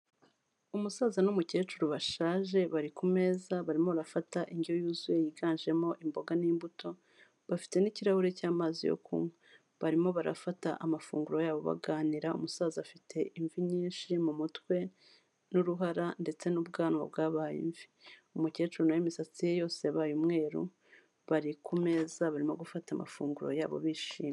Umusaza n'umukecuru bashaje bari kumeza barimo barafata indyo yuzuye yiganjemo imboga n'imbuto bafite n'ikirahure cy'amazi yo kunywa barimo barafata amafunguro yabo baganira umusaza afite imvi nyinshi mumutwe n'uruhara ndetse n'ubwanwa bwabaye imvi umukecuru nawe imisatsi ye yose yabaye umweru bari kumeza barimo gufata amafunguro yabo bishimye